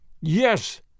Yes